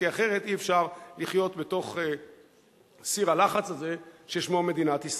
כי אחרת אי-אפשר לחיות בתוך סיר הלחץ הזה ששמו מדינת ישראל.